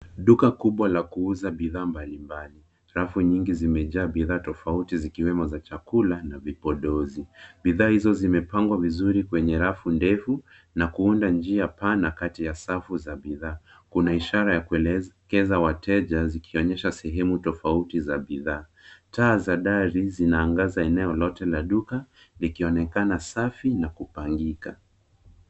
Duka kubwa la kuuza bidhaa mbali mbali. Rafu nyingi zimejaa bidhaa tofauti, zikiwemo za chakula na vipodozi. Bidhaa hizo zimepangwa vizuri kwenye rafu ndefu na kuunda njia pana kati ya safu za bidhaa. Kuna ishara ya kuelekeza wateja zikionyeshana sehemu tofauti za bidhaa. Taa za dari zinaangaza eneo lote la duka likionekana safi na kupangika.